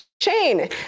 chain